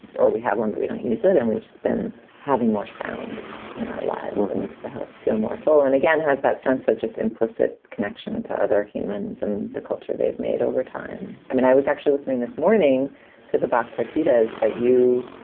or we have one, but we only use it and we've just been having more sound in our lives. that makes the house feel more full and again has that sense of just implicit connection to other humans and the culture they've made over time i mean, i was actually listening this morning to the back partitas that you